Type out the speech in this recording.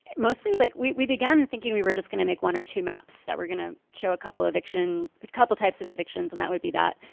mostly like we we begun thinking we were just gonna make one or two maps that we're gonna show a couple eviction a couple types of evictions and that would be that.